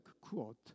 Quote